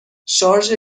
شارژ